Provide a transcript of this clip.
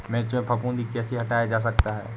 मिर्च में फफूंदी कैसे हटाया जा सकता है?